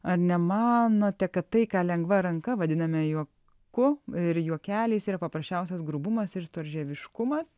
ar nemanote kad tai ką lengva ranka vadiname juoku ir juokeliais yra paprasčiausias grubumas ir storžieviškumas